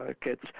Kids